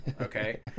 okay